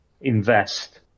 invest